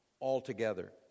altogether